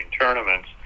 tournaments